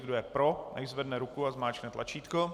Kdo je pro, nechť zvedne ruku a zmáčkne tlačítko.